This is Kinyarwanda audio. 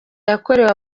yakorewe